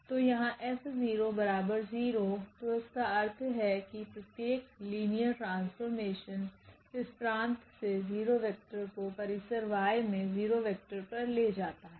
तो यहाँF0 तोइसका अर्थ है कि प्रत्येक लिनियर ट्रांसफॉर्मेशन इस प्रांत से 0 वेक्टर कोपरिसर Yमे 0 वेक्टर पर ले जाता हैं